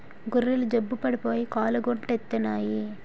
గొర్రెలు జబ్బు పడిపోయి కాలుగుంటెత్తన్నాయి